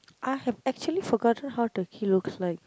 I have actually forgotten how the key looks like